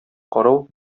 карау